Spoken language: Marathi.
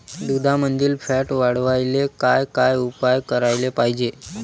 दुधामंदील फॅट वाढवायले काय काय उपाय करायले पाहिजे?